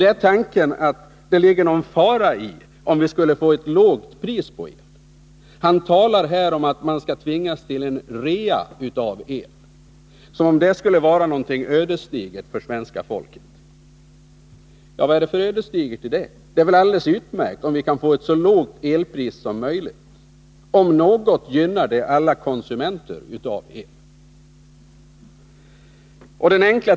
Det gäller tanken att det innebär någon fara, om vi skulle få ett lågt pris på el. Han talar här om att man skall tvingas till en rea av el, som om det skulle vara något ödesdigert för svenska folket. Vad är det för ödesdigert i det? Det är väl alldeles utmärkt, om vi kan få ett så lågt elpris som möjligt. Om något gynnar det alla konsumenter av el.